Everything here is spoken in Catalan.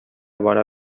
bona